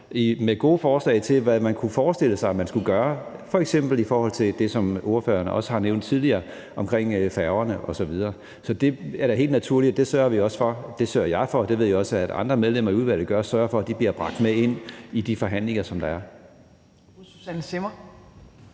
med gode forslag til, hvad man kunne forestille sig at man skulle gøre, f.eks. i forhold til det, som spørgeren også har nævnt tidligere omkring færgerne osv. Så det er da helt naturligt, at vi også sørger for det – det sørger jeg for, og det ved jeg også at andre medlemmer i udvalget gør, altså sørger for, at det bliver bragt med ind i de forhandlinger, som der er.